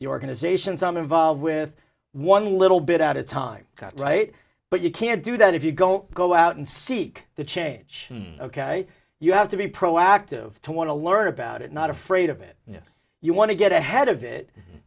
the organizations i'm involved with one little bit at a time right but you can't do that if you don't go out and seek the change ok you have to be proactive to want to learn about it not afraid of it yes you want to get ahead of it